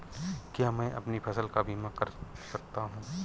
क्या मैं अपनी फसल का बीमा कर सकता हूँ?